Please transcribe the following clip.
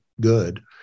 good